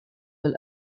will